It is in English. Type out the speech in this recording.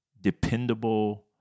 dependable